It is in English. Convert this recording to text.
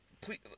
please